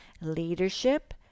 Leadership